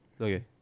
Okay